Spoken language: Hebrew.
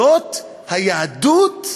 זאת היהדות?